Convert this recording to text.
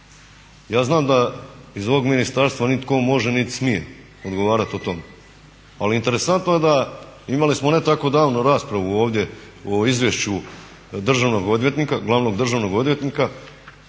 Ja znam da iz ovog ministarstva nitko ne može niti smije odgovarati o tome ali interesantno je da, imali smo ne tako davno raspravu ovdje o izvješću državnog odvjetnika,